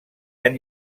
han